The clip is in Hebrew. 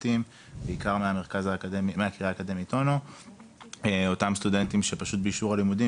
בעיקר מהקרייה האקדמית אונו שהוגדרו "על תנאי".